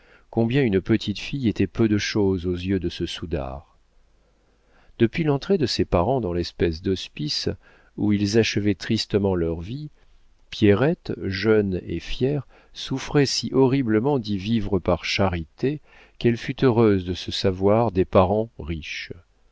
combien une petite fille était peu de chose aux yeux de ce soudard depuis l'entrée de ses parents dans l'espèce d'hospice où ils achevaient tristement leur vie pierrette jeune et fière souffrait si horriblement d'y vivre par charité qu'elle fut heureuse de se savoir des parents riches